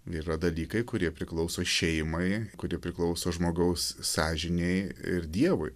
yra dalykai kurie priklauso šeimai kurie priklauso žmogaus sąžinei ir dievui